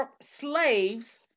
slaves